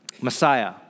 Messiah